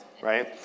right